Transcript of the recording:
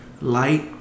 light